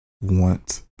want